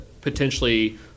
potentially